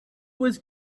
was